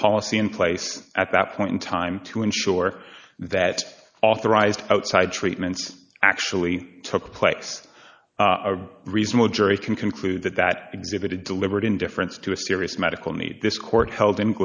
a policy in place at that point in time to ensure that authorized outside treatments actually took place a reasonable jury can conclude that that exhibited deliberate indifference to a serious medical need this court held